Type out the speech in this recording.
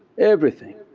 everything